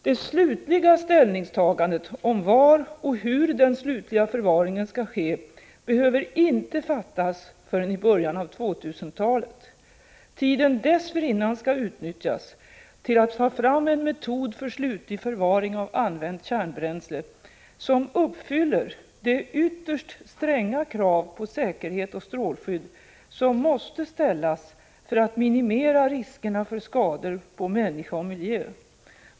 Det slutgiltiga ställningstagandet i fråga om var och hur den slutliga förvaringen skall ske behöver inte göras förrän i början av 2000-talet. Tiden dessförinnan skall utnyttjas till att ta fram en metod för slutlig förvaring av använt kärnbränsle som uppfyller de ytterst stränga krav på säkerhet och strålskydd som måste ställas för att minimera riskerna för skador på människa och miljö.